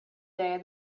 day